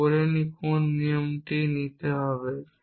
আমরা বলিনি কোন নিয়মটি নিতে হবে